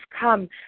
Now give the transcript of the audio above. come